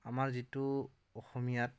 আমাৰ যিটো অসমীয়াত